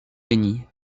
jenny